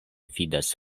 fidas